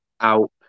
out